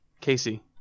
Casey